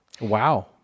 Wow